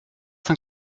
cent